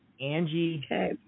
Angie